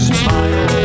smile